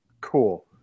Cool